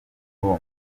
uwo